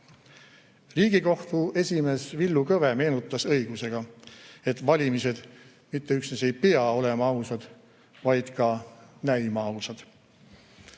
Riigikohtu esimees Villu Kõve meenutas õigusega, et valimised mitte üksnes ei pea olema ausad, vaid peavad ka näima ausad.